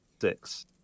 six